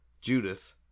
Judith